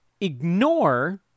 ignore